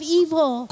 evil